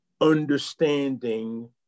understanding